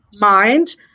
mind